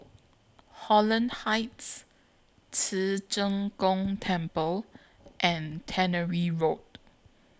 Holland Heights Ci Zheng Gong Temple and Tannery Road